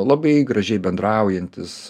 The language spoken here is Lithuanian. labai gražiai bendraujantys